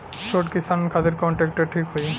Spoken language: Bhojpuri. छोट किसान खातिर कवन ट्रेक्टर ठीक होई?